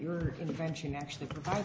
your intervention actually provide